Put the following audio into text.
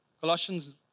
Colossians